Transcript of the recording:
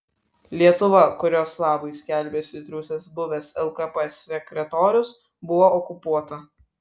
lietuva kurios labui skelbiasi triūsęs buvęs lkp sekretorius buvo okupuota